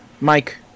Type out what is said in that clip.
Mike